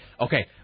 Okay